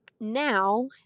now